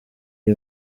iyi